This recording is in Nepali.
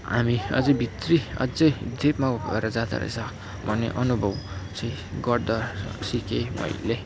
हामी अझै भित्री अझै डिपमा गएर जाँदो रहेछ भन्ने अनुभव चाहिँ गर्दा सिकेँ मैले